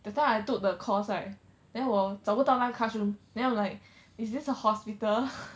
that time I took the course right then 我找不到那个 classroom then I'm like is this a hospital